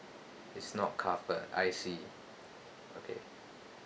it's not covered I see okay